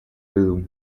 виду